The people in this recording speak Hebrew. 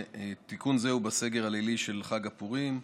תיקון זה עניינו הוא בסגר הלילי של חג הפורים,